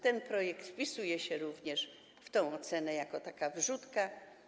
Ten projekt wpisuje się również w tę ocenę jako taka wrzutka.